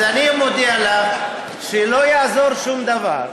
אז אני מודיע לך שלא יעזור שום דבר,